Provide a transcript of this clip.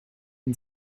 and